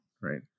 Right